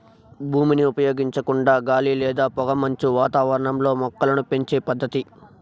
భూమిని ఉపయోగించకుండా గాలి లేదా పొగమంచు వాతావరణంలో మొక్కలను పెంచే పద్దతి